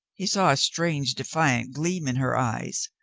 he saw a strange de fiant gleam in her eyes.